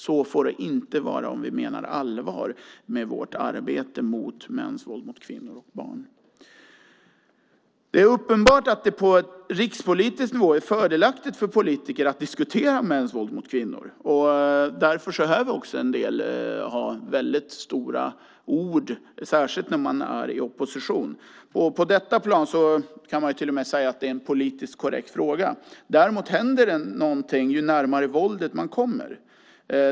Så får det inte vara om vi menar allvar med vårt arbete med mäns våld mot kvinnor och barn. Det är uppenbart att det på rikspolitisk nivå är fördelaktigt för politiker att diskutera mäns våld mot kvinnor. Därför använder en del väldigt stora ord, särskilt när man är i opposition. På detta plan kan man till och med säga att det är en politiskt korrekt fråga. Däremot händer det någonting ju närmare våldet man kommer.